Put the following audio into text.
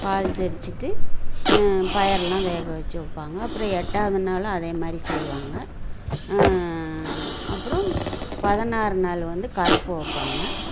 பால் தெறிச்சிட்டு பயரெல்லாம் வேக வச்சு வப்பாங்க அப்றம் எட்டாவது நாளும் அதேமாரி செய்வாங்க அப்றம் பதினாறு நாள் வந்து கருப்பு வைப்பாங்க